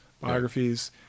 biographies